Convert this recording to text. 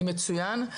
מצוין.